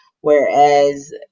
Whereas